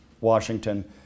Washington